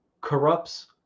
corrupts